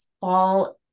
fall